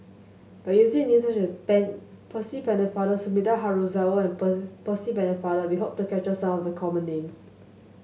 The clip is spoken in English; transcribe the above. by using names such as Percy Pennefather Sumida Haruzo and Percy Pennefather we hope to capture some of the common names